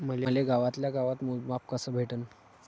मले गावातल्या गावात मोजमाप कस भेटन?